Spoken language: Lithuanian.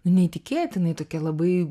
neįtikėtinai tokia labai